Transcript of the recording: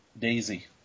Daisy